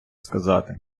сказати